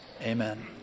amen